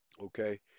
Okay